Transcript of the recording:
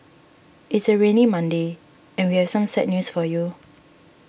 it's a rainy Monday and we'll some sad news for you